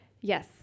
Yes